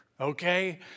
okay